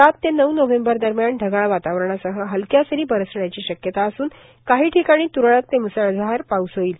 सात ते नऊ नोव्हेंबर दरम्यान ढगाळ वातावरणासह हलक्या सरी बरसण्याची शक्यता असून काही ठिकाणी त्रळक ते मूसळधार पाऊस होईल